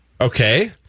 Okay